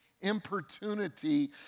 Importunity